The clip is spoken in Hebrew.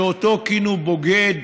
שאותו כינו "בוגד"